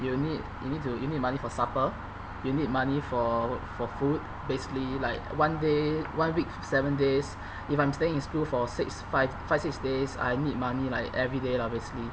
you need you need to you need money for supper you need money for for food basically like one day one week seven days if I'm staying in school for six five five six days I need money like every day lah basically